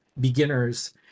beginners